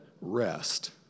rest